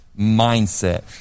mindset